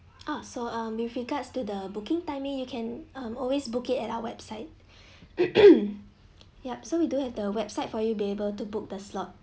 ah so uh with regards to the booking timing you can um always book it at our website yup so we do have the website for you be able to book the slot